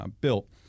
built